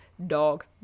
dog